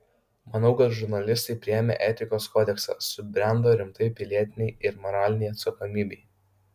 manau kad žurnalistai priėmę etikos kodeksą subrendo rimtai pilietinei ir moralinei atsakomybei